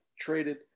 traded